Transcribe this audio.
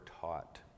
taught